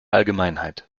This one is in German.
allgemeinheit